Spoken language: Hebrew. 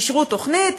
אישרו תוכנית,